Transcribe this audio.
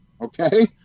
okay